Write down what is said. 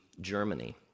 Germany